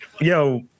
yo